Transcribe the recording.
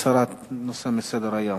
בעד הסרת הנושא מסדר-היום.